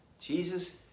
Jesus